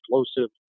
explosive